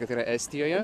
kad tai yra estijoje